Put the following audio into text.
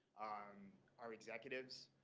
um our executives.